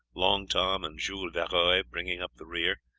long tom and jules varoy bringing up the rear,